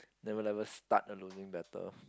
never never start a losing battle